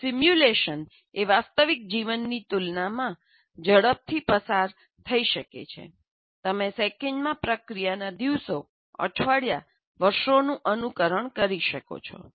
જેમ સિમ્યુલેશન એ વાસ્તવિક જીવનની તુલનામાં ઝડપથી પસાર થઈ શકે છે તમે સેકંડમાં પ્રક્રિયાના દિવસો અઠવાડિયા વર્ષોનું અનુકરણ કરી શકો છો